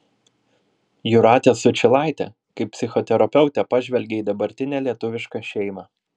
jūratės sučylaitė kaip psichoterapeutė pažvelgė į dabartinę lietuvišką šeimą